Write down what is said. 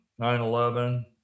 9-11